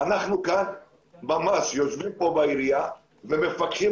אנחנו כאן ממש יושבים בעירייה ומפקחים